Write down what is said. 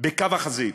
בקו החזית.